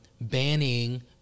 banning